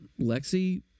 Lexi